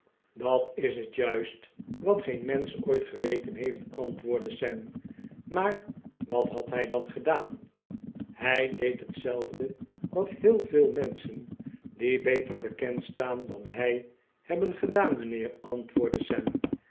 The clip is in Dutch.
dat is het juist wat geen mensch ooit geweten heeft antwoordde sam maar wat had hij dan gedaan hij deed hetzelfde wat heel veel menschen die beter bekend staan dan hij hebben gedaan mijnheer antwoordde